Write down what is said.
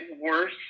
worse